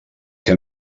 que